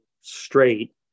straight